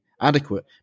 adequate